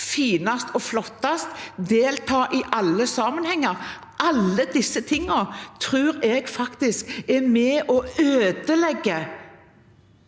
finest og flottest og delta i alle sammenhenger. Alle disse tingene tror jeg er med på å ødelegge